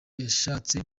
yashatse